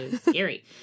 scary